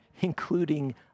including